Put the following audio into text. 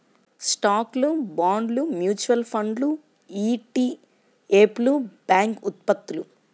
స్టాక్లు, బాండ్లు, మ్యూచువల్ ఫండ్లు ఇ.టి.ఎఫ్లు, బ్యాంక్ ఉత్పత్తులు